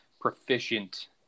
proficient